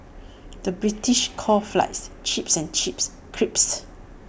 the British calls Fries Chips and Chips Crisps